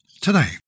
Today